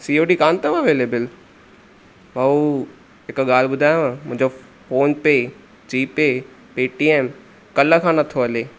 C O D कान अथव available भाऊ हिकु ॻाल्हि ॿुधायांव मुंहिंजो PhonePe GPay Paytm कल्ह खां नथो हले